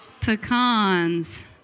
Pecans